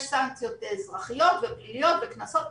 יש סנקציות אזרחיות ופליליות וקנסות,